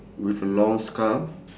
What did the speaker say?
with a long scarf